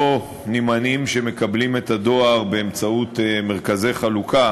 או נמענים שמקבלים את הדואר באמצעות מרכזי חלוקה,